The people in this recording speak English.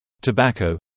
Tobacco